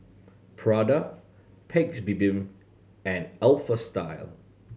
Prada Paik's Bibim and Alpha Style